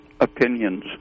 opinions